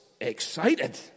excited